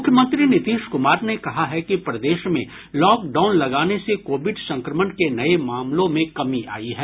मुख्यमंत्री नीतीश कुमार ने कहा है कि प्रदेश में लॉकडाउन लगाने से कोविड संक्रमण के नये मामलों में कमी आयी है